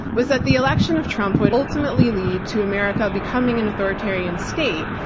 was that the election of trump would ultimately lead to america becoming an authoritarian state.